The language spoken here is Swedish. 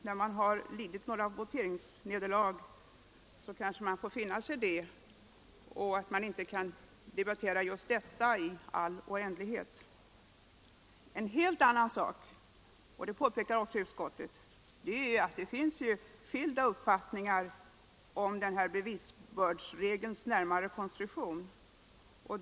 När man har lidit några voteringsnederlag kanske man får finna sig i att man inte kan debattera just detta i all oändlighet. En helt annan sak är — det påpekar också utskottet — att det finns skilda uppfattningar om den närmare konstruktionen av regeln för bevisbördan.